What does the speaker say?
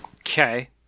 okay